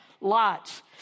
lots